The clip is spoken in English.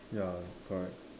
ya correct